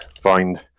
find